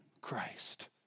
Christ